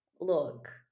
look